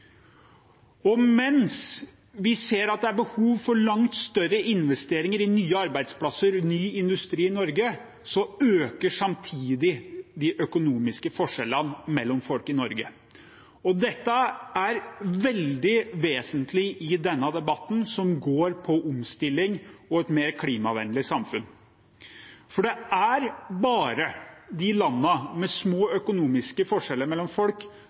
pst. Mens vi ser at det er behov for langt større investeringer i nye arbeidsplasser og ny industri i Norge, øker samtidig de økonomiske forskjellene mellom folk i Norge. Dette er veldig vesentlig i denne debatten om omstilling og et mer klimavennlig samfunn, for det er bare de landene med små økonomiske forskjeller mellom folk